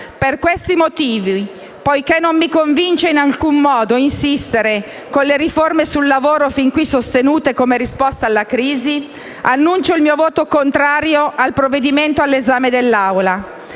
Per questi motivi, poiché non mi convince in alcun modo insistere con le riforme sul lavoro fin qui sostenute come risposta alla crisi, annuncio il mio voto contrario al provvedimento all'esame dell'Assemblea.